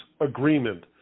agreement